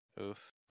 Oof